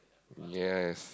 yes